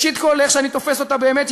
ראשית כול לאיך שאני תופס אותה באמת,